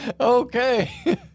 Okay